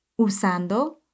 usando